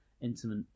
intimate